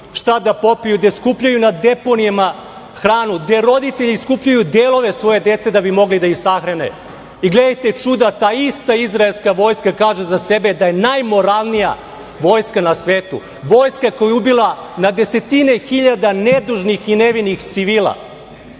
šta da popiju, gde skupljaju na deponijama hranu, gde roditelji skupljaju delove svoje dece da bi mogli da ih sahrane. I gledajte čuda, ta ista izraelska vojska kaže za sebe da je najmoralnija vojska na svetu, vojska koja je ubila na desetine hiljada nedužnih i nevinih civila,